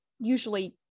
usually